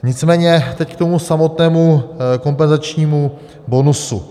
Nicméně teď k tomu samotnému kompenzačnímu bonusu.